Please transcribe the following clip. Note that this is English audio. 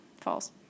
false